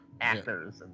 actors